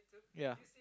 ya